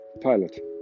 pilot